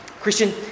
Christian